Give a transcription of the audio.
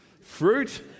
fruit